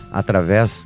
através